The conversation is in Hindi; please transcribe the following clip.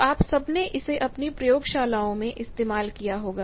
तो आप सब ने इसे अपनी प्रयोगशालाओं में इस्तेमाल किया होगा